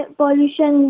pollution